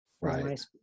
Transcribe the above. right